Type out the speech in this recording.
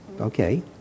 Okay